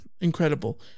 incredible